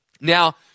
Now